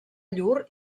llur